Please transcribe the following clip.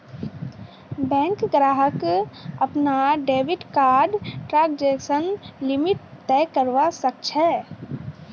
bank ग्राहक अपनार debit कार्डर ट्रांजेक्शन लिमिट तय करवा सख छ